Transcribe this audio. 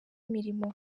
imirimo